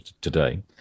today